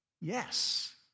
yes